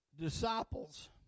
Disciples